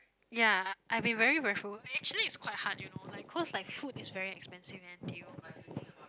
ya I've been very very frugal actually it's quite hard you know like cause like food is very expensive in N_T_U